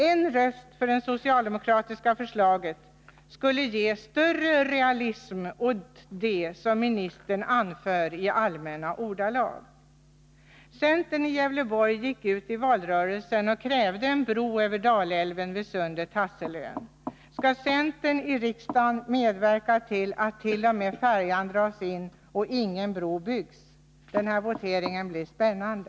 En röst för det socialdemokratiska förslaget skulle ge större realism åt det som ministern anför i allmänna ordalag. Centern i Gävleborg gick ut i valrörelsen och krävde en bro över Dalälven vid Sundet-Hasselön. Skall centern i riksdagen medverka till att t.o.m. färjan dras in och ingen bro byggs? Den här voteringen blir spännande!